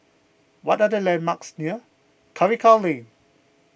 what are the landmarks near Karikal Lane